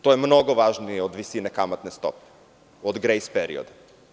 To je mnogo važnije od visine kamatne stope, od grejs perioda.